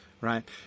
right